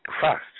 fast